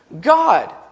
God